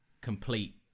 complete